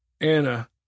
Anna